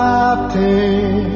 Captain